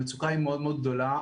המצוקה היא מאוד מאוד גדולה.